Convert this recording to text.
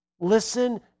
Listen